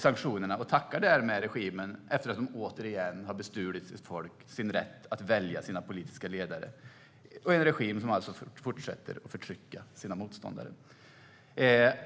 Därmed tackar man regimen, en regim som fortsätter att förtrycka sina motståndare och återigen har bestulit folket på dess rätt att välja sina politiska ledare.